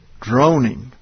Droning